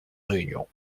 réunion